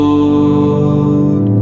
Lord